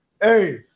Hey